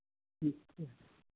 ठीक है